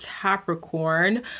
Capricorn